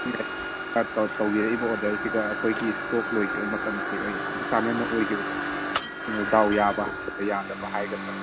ꯇꯧꯖꯔꯛꯏꯕ ꯑꯣꯔꯗꯔꯁꯤꯒ ꯑꯩꯈꯣꯏꯒꯤ ꯏꯁꯇꯣꯛ ꯂꯣꯏꯈꯤꯕ ꯃꯇꯝꯁꯤꯒ ꯌꯥꯝꯅ ꯆꯥꯟꯅꯕ ꯑꯣꯏꯈꯤꯕꯗꯣ ꯗꯥꯎ ꯌꯥꯕ ꯌꯥꯗꯕ ꯍꯥꯏꯒꯗ꯭ꯔꯥ